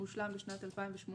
הוא הושלם בשנת 2018,